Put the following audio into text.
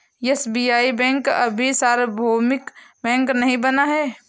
SBI bank अभी सार्वभौमिक bank नहीं बना है